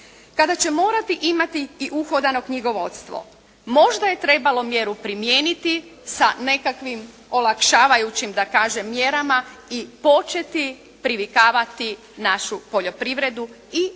kada će morati imati i uhodano knjigovodstvo. Možda je trebalo mjeru primijeniti sa nekakvim olakšavajućim da kažem mjerama i početi privikavati našu poljoprivredu i na